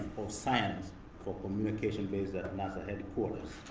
science for communication based at nasa headquarters.